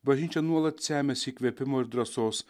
bažnyčia nuolat semiasi įkvėpimo ir drąsos